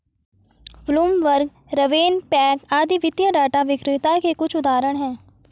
Bloomberg, RavenPack आदि वित्तीय data विक्रेता के कुछ उदाहरण हैं